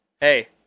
hey